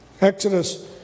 Exodus